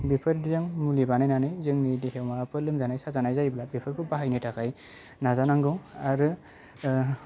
बेफोरजों मुलि बानायनानै जोंनि देहायाव माबाफोर लोमजानाय साजानाय जायोब्ला बेफोरखौ बाहायनो थाखाय नाजानांगौ आरो